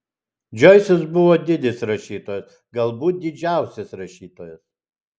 džoisas buvo didis rašytojas galbūt didžiausias rašytojas